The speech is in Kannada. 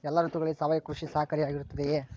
ಎಲ್ಲ ಋತುಗಳಲ್ಲಿ ಸಾವಯವ ಕೃಷಿ ಸಹಕಾರಿಯಾಗಿರುತ್ತದೆಯೇ?